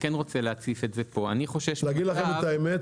כן רוצה להציף את זה פה --- להגיד לכם את האמת,